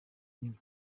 nyuma